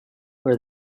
where